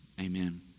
amen